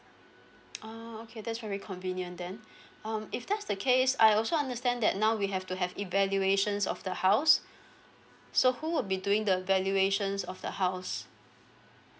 oh okay that's very convenient then um if that's the case I also understand that now we have to have evaluations of the house so who would be doing the valuations of the house